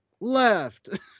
left